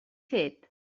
fet